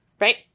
Right